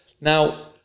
Now